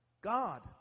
God